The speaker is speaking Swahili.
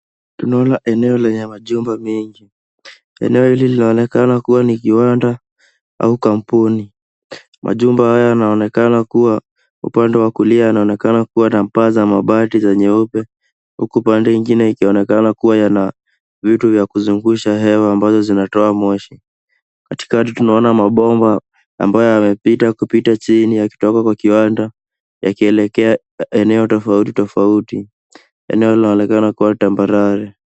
Tunaona eneo lenye majumba mengi. Eneo hili linaonekana kuwa ni kiwanda au kampuni. Majumba haya yanaonekana kuwa upande wa kulia yanaonekana kuwa na paa za mabati za nyeupe, huku pande ingine ikionekana kuwa yana vitu vya kuzungusha hewa ambazo zinatoa moshi. Katikati tunaona mabomba ambayo yamepita kupita chini yakitoka kwa kiwanda yakielekea eneo tofauti tofauti. Eneo linaonekana kuwa tambarare.